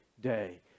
day